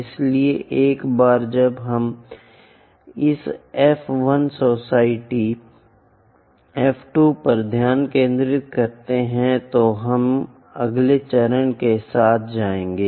इसलिए एक बार जब हम इस एफ 1 सोसाइटी एफ 2 पर ध्यान केंद्रित करते हैं तो हम अगले चरण के साथ जाएंगे